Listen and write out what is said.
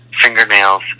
Fingernails